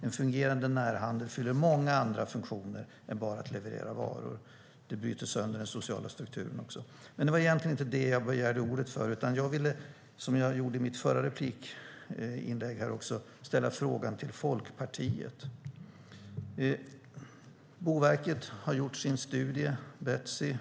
En fungerande närhandel fyller många andra funktioner än bara att leverera varor. Detta bryter sönder den sociala strukturen. Men det var egentligen inte det som jag begärde ordet för, utan jag ville, som jag gjorde i mitt förra inlägg här också, ställa en fråga till Folkpartiet. Boverket har gjort en studie, Betsi.